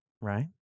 right